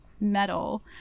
metal